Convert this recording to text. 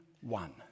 one